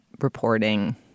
reporting